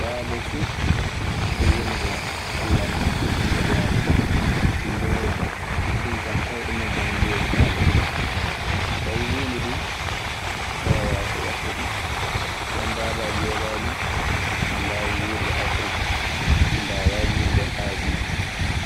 Daabaa fuu ɗo woni ɗoo Alla ana hokki ɗun no waawri. Ɗi mbeeyan ɗi kultaa koyɗe majje ana mboowi kaaƴe ɗee. Fay huunde duu heewaa ko waɗta ɗun. Won daabaaji yogaaji ana mbaawi wuurde Afrik ɗi mbaawa wuurde Aasii.